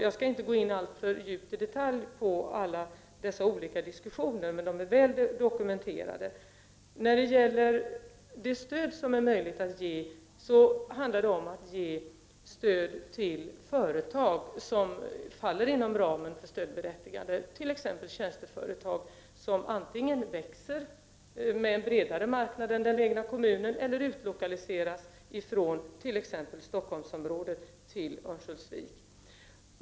Jag skall inte gå in alltför djupt i detalj på alla dessa olika diskussioner, men de är väl dokumenterade. Det stöd som är möjligt att ge skall gå till företag som faller inom ramen för stödberättigande, t.ex. tjänsteföretag som antingen växer, med en bredare marknad än den egna kommunen, eller utlokaliseras från exempelvis Stockholmsområdet till Örnsköldsvik.